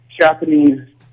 Japanese